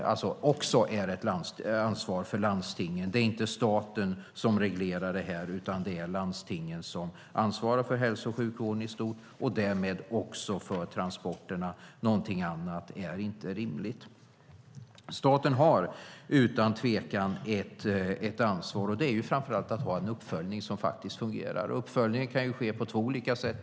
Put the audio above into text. Det är inte staten som reglerar detta, utan det är landstingen som ansvarar för hälso och sjukvården i stort och därmed för transporterna. Något annat är inte rimligt. Staten har utan tvekan ett ansvar. Det är framför allt att ha en uppföljning som fungerar. Uppföljningen kan ske på två sätt.